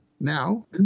now